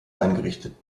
eingerichtet